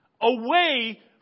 away